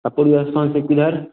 आपूरी स्थान से किधर